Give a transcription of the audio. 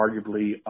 arguably